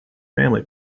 family